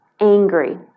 angry